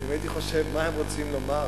אם הייתי חושב מה הם רוצים לומר,